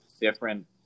different